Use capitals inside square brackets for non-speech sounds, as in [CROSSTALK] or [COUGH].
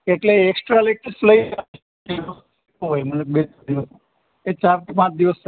એટલે extra lectures લઈ [UNINTELLIGIBLE] મતલબ બે ચાર દિવસ એ ચારથી પાંચ દિવસો